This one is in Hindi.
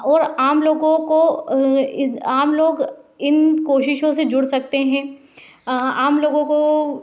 और आम लोगों को आम लोग इन कोशिशों से जुड़ सकते है आम लोगों को